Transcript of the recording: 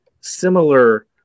similar